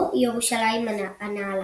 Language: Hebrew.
או "ירושלים הנעלה".